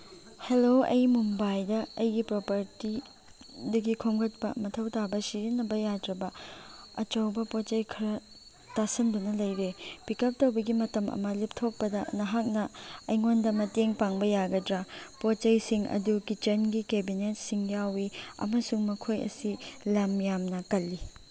hello ꯑꯩ ꯃꯨꯝꯕꯥꯏꯗ ꯑꯩꯒꯤ ꯄ꯭ꯔꯣꯄꯔꯇꯤꯗꯒꯤ ꯈꯣꯝꯒꯠꯄ ꯃꯊꯧ ꯇꯥꯕ ꯁꯤꯖꯤꯟꯅꯕ ꯌꯥꯗ꯭ꯔꯕ ꯑꯆꯧꯕ ꯄꯣꯠ ꯆꯩ ꯈꯔ ꯇꯥꯁꯤꯟꯗꯨꯅ ꯂꯩꯔꯦ ꯄꯤꯛ ꯑꯞ ꯇꯧꯕꯒꯤ ꯃꯇꯝ ꯑꯃ ꯂꯦꯞꯊꯣꯛꯄꯗ ꯅꯍꯥꯛꯅ ꯑꯩꯉꯣꯟꯗ ꯃꯇꯦꯡ ꯄꯥꯡꯕ ꯌꯥꯒꯗ꯭ꯔꯥ ꯄꯣꯠ ꯆꯩꯁꯤꯡ ꯑꯗꯨ ꯀꯤꯠꯆꯟꯒꯤ ꯀꯦꯕꯤꯅꯤꯠꯁꯤꯡ ꯌꯥꯎꯋꯤ ꯑꯃꯁꯨꯡ ꯃꯈꯣꯏ ꯑꯁꯤ ꯂꯝ ꯌꯥꯝꯅ ꯀꯜꯂꯤ